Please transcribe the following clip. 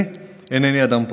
אני אינני אדם פרטי.